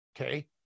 Okay